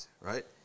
right